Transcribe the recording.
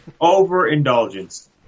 Overindulgence